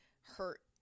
hurt